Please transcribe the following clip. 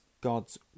God's